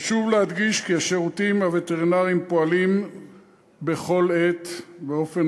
חשוב להדגיש כי השירותים הווטרינריים פועלים בכל עת באופן